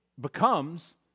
becomes